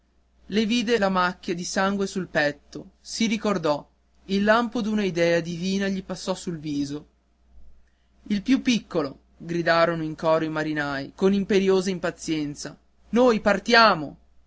le vide la macchia di sangue sul petto si ricordò il lampo di un'idea divina gli passò sul viso il più piccolo gridarono in coro i marinai con imperiosa impazienza noi partiamo